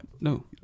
No